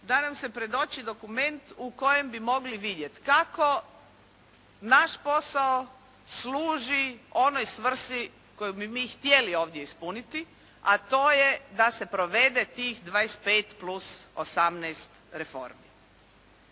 da nam se predoči dokument u kojem bi mogli vidjeti kako naš posao služi onoj svrsi koju bi mi htjeli ovdje ispuniti, a to je da se provede tih 25 plus 18 reformi.